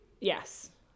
yes